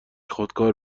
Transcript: خودکار